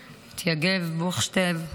את יגב בוכשטב,